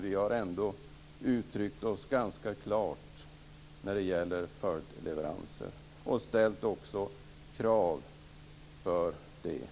Vi har ändå uttryckt oss ganska klart när det gäller följdleveranser och också ställt krav för dessa.